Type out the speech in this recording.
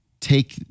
take